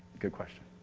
good question.